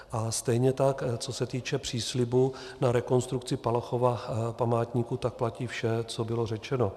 A stejně tak co se týče příslibu na rekonstrukci Palachova památníku, tak platí vše, co bylo řečeno.